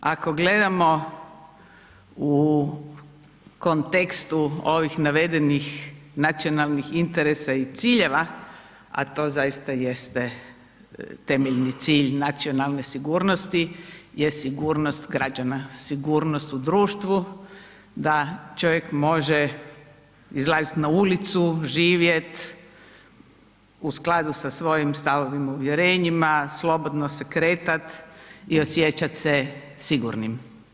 Ako gledamo u kontekstu ovih navedenih nacionalnih interesa i ciljeva a to zaista jeste temeljni cilj nacionalne sigurnosti je sigurnost građana, sigurnost u društvu da čovjek može izlaziti na ulicu, živjeti u skladu sa svojim stavovima i uvjerenjima, slobodno se kretati i osjećati se sigurnim.